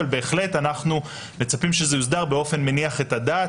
אבל בהחלט אנחנו מצפים שזה יוסדר באופן מניח את הדעת,